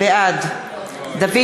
בעד דוד